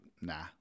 nah